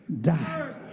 die